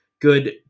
good